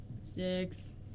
Six